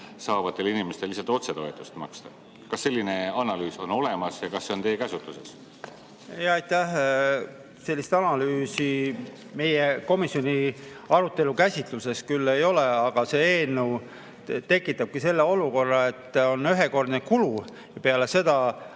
saavatele inimestele lihtsalt otsetoetust maksta? Kas selline analüüs on olemas ja kas see on teie käsutuses? Aitäh! Sellist analüüsi meie komisjoni [kasutuses] ei ole. See eelnõu tekitabki selle olukorra, et on ühekordne kulu. Peale seda